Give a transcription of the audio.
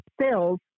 sales